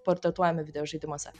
portratuojami videožaidimuose